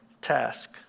task